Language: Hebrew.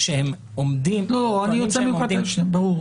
שהם עומדים --- לא, ברור.